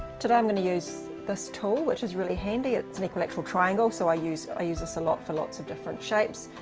today i'm going to use this tool which is really handy, its a and equilateral triangle so i use, i use this a lot for lots of different shapes.